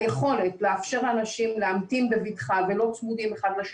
היכולת לאפשר לאנשים להמתין בבטחה ולא צמודים זה לזה